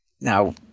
Now